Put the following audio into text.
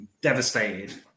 devastated